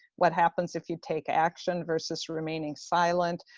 what happens if you take action versus remaining silent,